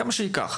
כמה שייקח.